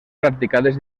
practicades